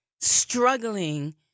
struggling